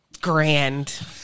Grand